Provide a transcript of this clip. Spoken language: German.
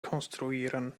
konstruieren